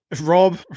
Rob